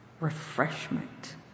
refreshment